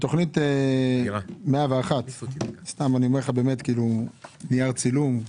בתוכנית 101, סתם אני אומר לך, באמת, נייר צילום?